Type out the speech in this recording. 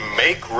make